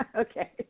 Okay